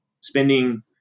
spending